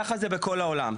ככה זה בכל העולם.